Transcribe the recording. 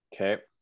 Okay